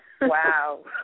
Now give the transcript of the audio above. Wow